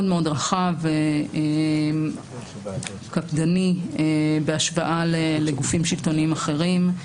מאוד רחב וקפדני בהשוואה לגופים שלטוניים אחרים.